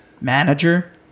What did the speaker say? Manager